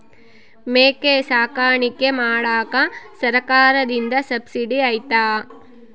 ಮೇಕೆ ಸಾಕಾಣಿಕೆ ಮಾಡಾಕ ಸರ್ಕಾರದಿಂದ ಸಬ್ಸಿಡಿ ಐತಾ?